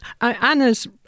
Anna's